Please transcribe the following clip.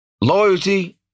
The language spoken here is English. loyalty